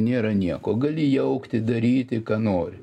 nėra nieko gali jaukti daryti ką nori